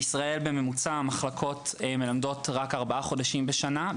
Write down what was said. בישראל בממוצע המחלקות מלמדות רק ארבעה חודשים בשנה,